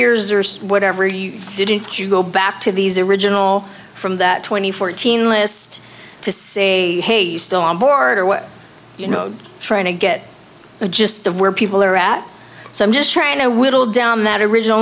years or whatever you didn't you go back to these original from that twenty fourteen list to say hey still on board or what you know trying to get the gist of where people are at so i'm just trying to whittle down that original